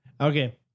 Okay